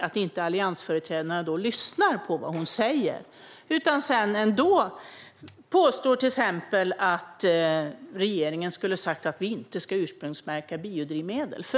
Man påstår ändå sedan till exempel att regeringen skulle ha sagt att vi inte ska ursprungsmärka biodrivmedel.